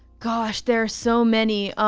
gosh, there are so many.